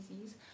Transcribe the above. disease